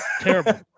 Terrible